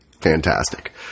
fantastic